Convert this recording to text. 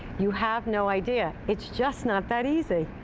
you have no idea, it's just not that easy.